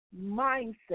mindset